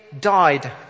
died